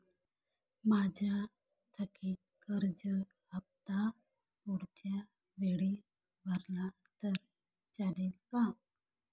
माझा थकीत कर्ज हफ्ता पुढच्या वेळी भरला तर चालेल का?